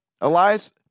Elias